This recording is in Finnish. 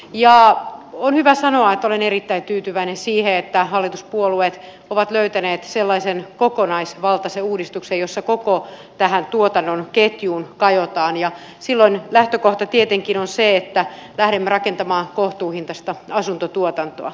on hyvä sanoa että olen erittäin tyytyväinen siihen että hallituspuolueet ovat löytäneet sellaisen kokonaisvaltaisen uudistuksen jossa koko tähän tuotannon ketjuun kajotaan ja silloin lähtökohta tietenkin on se että lähdemme rakentamaan kohtuuhintaista asuntotuotantoa